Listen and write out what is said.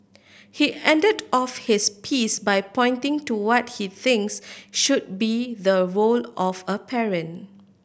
he ended off his piece by pointing to what he thinks should be the role of a parent